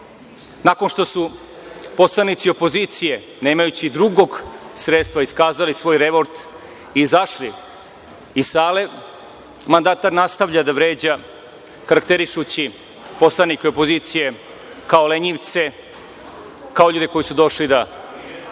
Nakon što su poslanici opozicije, nemajući drugog sredstva iskazali svoj revolt i izašli iz sale, mandatar nastavlja da vređe karakterišući poslanike opozicije kao lenjivce, kao ljude koji su došli da